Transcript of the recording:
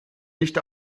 nicht